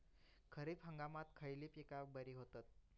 खरीप हंगामात खयली पीका बरी होतत?